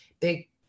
big